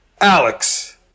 Alex